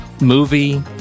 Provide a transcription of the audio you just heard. movie